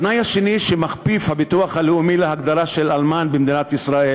התנאי השני שמכפיף הביטוח הלאומי להגדרה של "אלמן" במדינת ישראל